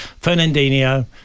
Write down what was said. Fernandinho